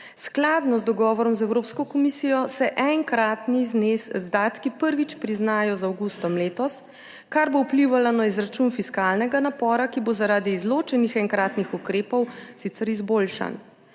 Skladno z dogovorom z Evropsko komisijo se enkratni izdatki prvič priznajo z avgustom letos, kar bo vplivalo na izračun fiskalnega napora, ki bo zaradi izločenih enkratnih ukrepov sicer izboljšan.